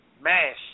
Mash